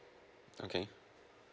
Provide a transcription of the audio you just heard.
okay